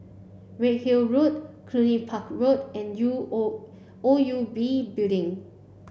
Redhill Road Cluny Park Road and U O O U B Building